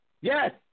Yes